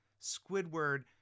Squidward